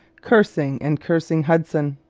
cursing and cursing hudson.